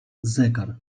zegar